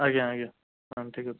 ଆଜ୍ଞା ଆଜ୍ଞା ମ୍ୟାମ୍ ଠିକ୍ ଅଛି